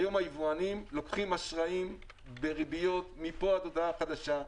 היום היבואנים לוקחים אשראי בריביות מפה עד הודעה החדשה.